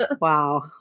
Wow